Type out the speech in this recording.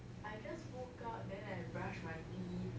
I just woke up then I brush my teeth